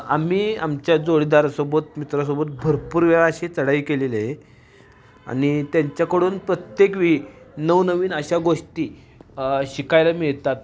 आम्ही आमच्या जोडीदारासोबत मित्रासोबत भरपूर वेळा अशी चडाई केलेली आहे आणि त्यांच्याकडून प्रत्येक वेळी नवनवीन अशा गोष्टी शिकायला मिळतात